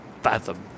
fathom